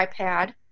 iPad